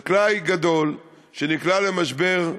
חקלאי גדול, שנקלע למשבר,